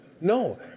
No